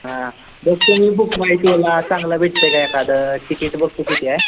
हां बघतो मी बुक माय शोला चांगलं भेटतं आहे का एखादं टिकीट बघतो किती आहे